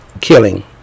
killing